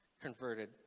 converted